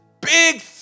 big